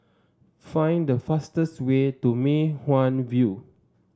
find the fastest way to Mei Hwan View